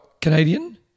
Canadian